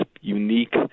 unique